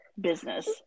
business